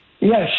Yes